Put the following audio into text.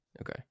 Okay